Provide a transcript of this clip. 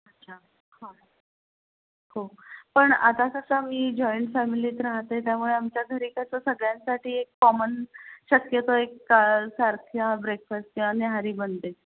अच्छा हा हो पण आता कसं मी जॉईंट फॅमिलीत राहते त्यामुळे आमच्या घरी कसं सगळ्यांसाठी एक कॉमन शक्यतो एक का सारख्या ब्रेकफास किंवा न्याहारी बनते